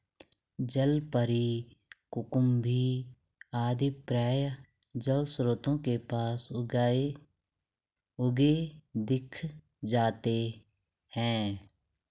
जलपरी, कुकुम्भी आदि प्रायः जलस्रोतों के पास उगे दिख जाते हैं